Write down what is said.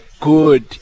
good